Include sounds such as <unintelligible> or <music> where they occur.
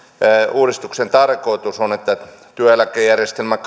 uudistuksen tarkoitus on että työeläkejärjestelmä <unintelligible>